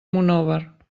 monòver